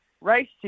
Race